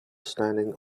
standing